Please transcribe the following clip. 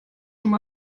schon